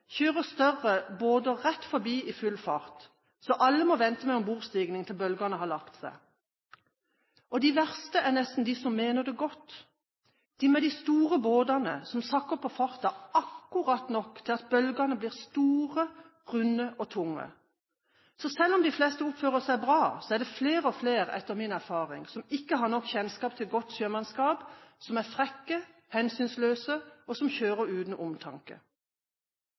kjører større båter rett forbi i full fart, så alle må vente med ombordstigning til bølgene har lagt seg. De verste er nesten de som mener det godt, de med de store båtene, som sakker på farten akkurat nok til at bølgene blir store, runde og tunge. Så selv om de fleste oppfører seg bra, er det flere og flere, etter min erfaring, som ikke har nok kjennskap til godt sjømannskap, som er frekke, hensynsløse og kjører uten omtanke.